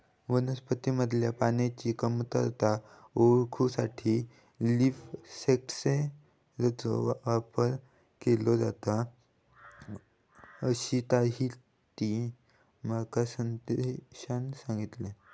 वनस्पतींमधल्या पाण्याची कमतरता ओळखूसाठी लीफ सेन्सरचो वापर केलो जाता, अशीताहिती माका संदेशान सांगल्यान